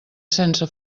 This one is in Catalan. sense